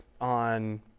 on